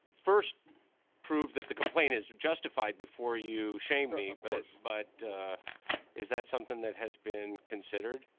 first prove that the complaint is justified before you shame me but but is that something that has been considered?